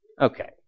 Okay